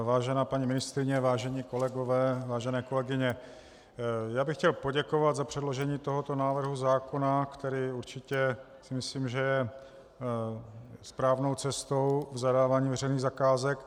Vážená paní ministryně, vážení kolegové, vážené kolegyně, já bych chtěl poděkovat za předložení tohoto návrhu zákona, který určitě je, myslím, správnou cestou zadávání veřejných zakázek.